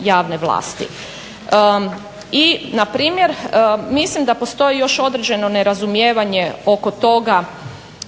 javne vlasti. I na primjer mislim da postoji još određeno nerazumijevanje oko toga